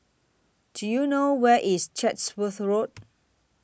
Do YOU know Where IS Chatsworth Road